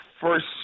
first